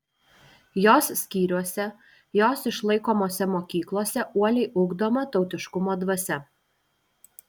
jos skyriuose jos išlaikomose mokyklose uoliai ugdoma tautiškumo dvasia